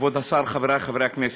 כבוד השר, חברי חברי הכנסת,